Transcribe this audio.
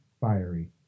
fiery